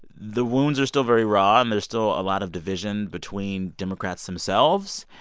the wounds are still very raw, and there's still a lot of division between democrats themselves.